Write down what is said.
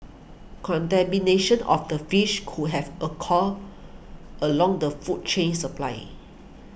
contamination of the fish could have occurred along the food chain supply